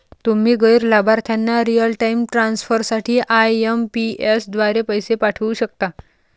तुम्ही गैर लाभार्थ्यांना रिअल टाइम ट्रान्सफर साठी आई.एम.पी.एस द्वारे पैसे पाठवू शकता